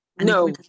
no